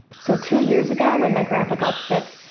so two years ago when my grandpa got sick,